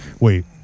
wait